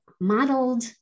modeled